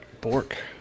Bork